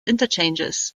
interchanges